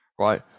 right